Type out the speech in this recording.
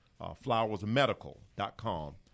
flowersmedical.com